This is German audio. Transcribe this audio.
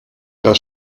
das